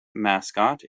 mascot